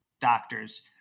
doctors